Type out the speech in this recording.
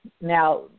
Now